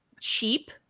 cheap